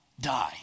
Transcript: die